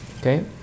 Okay